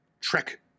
Trek